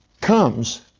comes